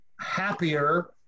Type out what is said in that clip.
happier